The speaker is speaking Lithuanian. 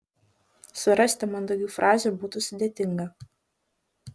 surasti mandagių frazių būtų sudėtinga